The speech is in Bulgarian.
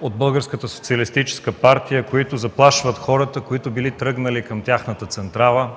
от Българската социалистическа партия, които заплашват хората, които били тръгнали към тяхната централа.